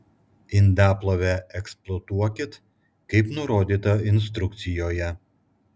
indaplovę eksploatuokit kaip nurodyta instrukcijoje